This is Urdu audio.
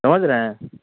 سمجھ رہے ہیں